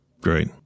Great